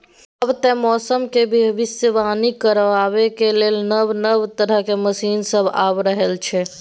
आब तए मौसमक भबिसबाणी करबाक लेल नब नब तरहक मशीन सब आबि रहल छै